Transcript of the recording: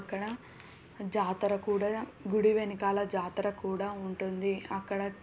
అక్కడ జాతర కూడా గుడి వెనకాల జాతర కూడా ఉంటుంది అక్కడ